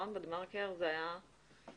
זה היה.